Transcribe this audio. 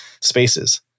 spaces